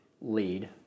lead